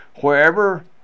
Wherever